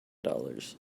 dollars